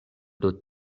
pro